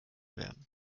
werden